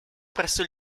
presso